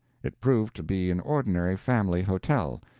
it proved to be an ordinary family hotel,